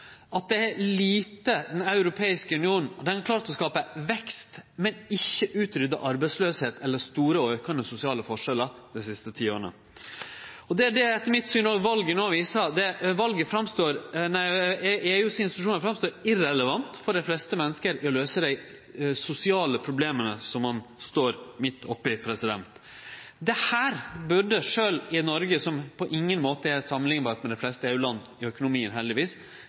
at Den europeiske union har klart å skape vekst, men ikkje utrydde arbeidsløyse eller store og aukande sosiale forskjellar dei siste tiåra. Det er det etter mitt syn òg valet no viser. EUs institusjonar framstår som irrelevante for dei fleste menneske til å løyse dei sosiale problema som ein står midt oppe i. Dette burde i Noreg, som på ingen måte er samanliknbart med dei fleste EU-land i økonomien, heldigvis,